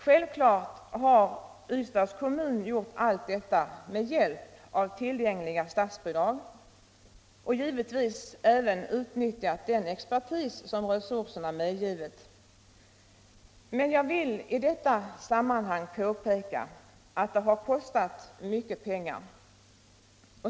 Självklart har Ystads kommun gjort allt detta med hjälp av tillgängliga statsbidrag och givetvis även utnyttjat den expertis som resurserna medgivit. Men jag vill i detta sammanhang påpeka att det har kostat mycket pengar.